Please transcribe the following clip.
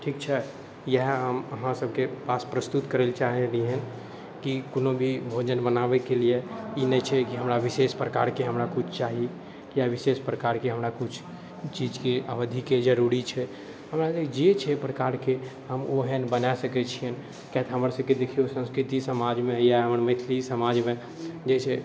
ठीक छै इएह हम अहाँसबके पास प्रस्तुत करैलए चाहै रहिअनि कि कोनो भी भोजन बनाबैके लिए ई नहि छै कि हमरा विशेष प्रकारके हमरा किछु चाही या विशेष प्रकारके हमरा किछु चीजके अवधिके जरूरी छै हमरा लग जे छै प्रकारके हम ओहन बना सकै छिअनि किएक तऽ हमरसबके देखिऔ संस्कृति समाजमे या हमर मैथिली समाजमे जे छै